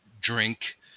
drink